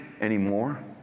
anymore